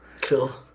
cool